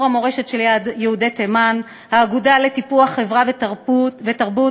המורשת של יהודי תימן: האגודה לטיפוח חברה ותרבות,